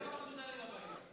קח אותם הביתה.